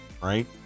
Right